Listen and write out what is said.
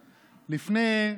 בבקשה, אדוני.